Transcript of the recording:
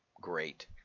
great